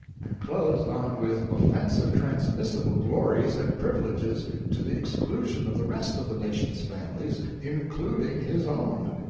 and clothed on with offensive transmissible glories and privileges to the exclusion of the rest of the nation's families including his own.